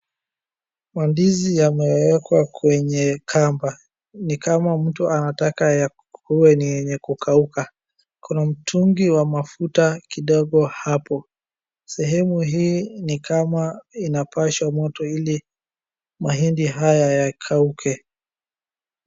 Mandizi yameekwa kwenye kamba. Ni kama mtu anataka yakuwe ni yenye kukauka. Kuna mtungi wa mafuta kidogo hapo. Sehemu hii ni kama inapashwa moto ili mahindi haya yakauke.